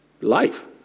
life